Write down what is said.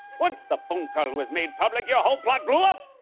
once the phone call was made public, your whole plot blew up,